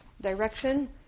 direction